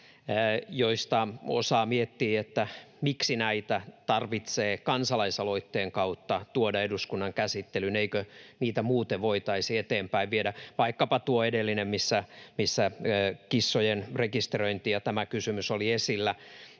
joista osasta miettii, miksi näitä tarvitsee kansalaisaloitteen kautta tuoda eduskunnan käsittelyyn, eikö niitä muuten voitaisi eteenpäin viedä, vaikkapa tuo edellinen, missä kissojen rekisteröinti ja tämä kysymys oli esillä.